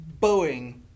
Boeing